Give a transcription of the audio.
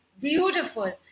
Beautiful